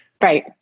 Right